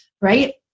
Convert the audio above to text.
right